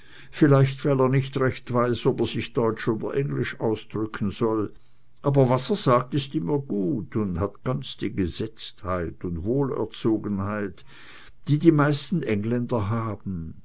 vielleicht weil er nicht recht weiß ob er sich deutsch oder englisch ausdrücken soll aber was er sagt ist immer gut und hat ganz die gesetztheit und wohlerzogenheit die die meisten engländer haben